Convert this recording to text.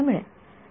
विद्यार्थी काय